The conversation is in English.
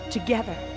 Together